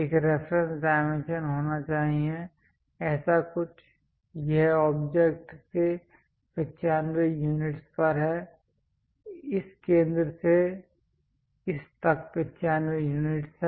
एक reference dimension होना चाहिए ऐसा कुछ यह ऑब्जेक्ट से 95 यूनिट्स पर है इस केंद्र से इस तक 95 यूनिट्स है